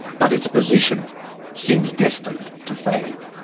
but its position seems destined to fade.